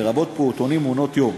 לרבות פעוטונים ומעונות-יום,